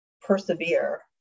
persevere